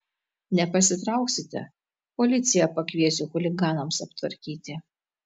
nepasitrauksite policiją pakviesiu chuliganams aptvarkyti